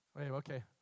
Okay